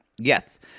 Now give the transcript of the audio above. Yes